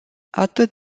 atât